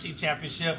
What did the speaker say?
Championship